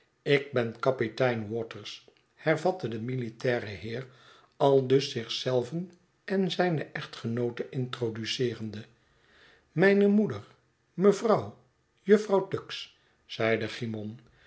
ik ben kapitein waters hervatte de militaire heer aldus zich zelven en zijne echtgenoote introduceerende mijne moeder mevrouw jufvrouw tuggs cymon